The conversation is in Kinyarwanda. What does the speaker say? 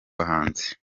bahanzi